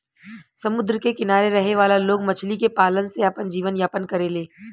समुंद्र के किनारे रहे वाला लोग मछली के पालन से आपन जीवन यापन करेले